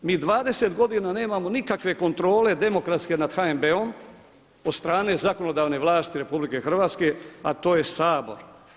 Mi 20 godina nemamo nikakve kontrole demokratske nad HNB-om od strane zakonodavne vlasti RH a to je Sabor.